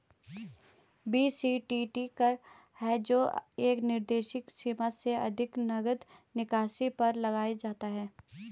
BCTT कर है जो एक निर्दिष्ट सीमा से अधिक नकद निकासी पर लगाया जाता है